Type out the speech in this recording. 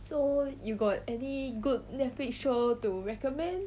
so you got any good netflix show to recommend